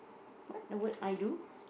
what the work I do